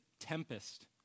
tempest